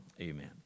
Amen